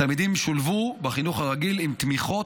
התלמידים שולבו בחינוך הרגיל עם תמיכות